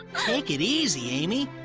take it easy, amy.